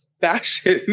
fashion